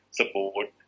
support